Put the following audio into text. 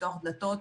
לפתוח דלתות,